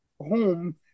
home